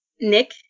Nick